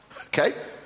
Okay